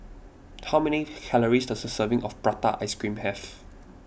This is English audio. how many calories does a serving of Prata Ice Cream have